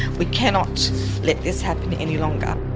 we cannot let this happen any longer.